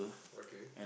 okay